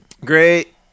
Great